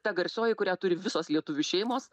ta garsioji kurią turi visos lietuvių šeimos